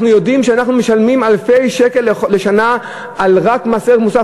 אנחנו יודעים שאנחנו משלמים אלפי שקלים לשנה רק מס ערך מוסף,